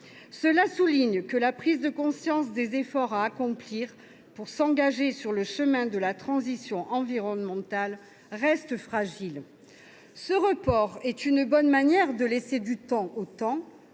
Cela montre que la prise de conscience des efforts à accomplir pour s’engager sur le chemin de la transition environnementale reste fragile. Ce report est une bonne manière de laisser du temps au temps